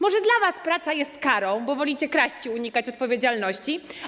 Może dla was praca jest karą, bo wolicie kraść i unikać odpowiedzialności.